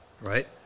right